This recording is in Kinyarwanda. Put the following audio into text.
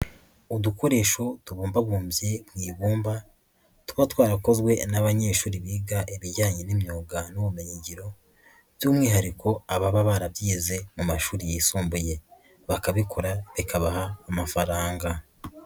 Udukoresho tubumbabumbye mu ibumba tuba twarakozwe n'abanyeshuri biga ibijyanye n'imyuga n'ubumenyigiro by'umwihariko ababa barabyize mu mashuri yisumbuye bakabikora bikabaha amafaranga.